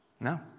No